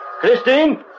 Christine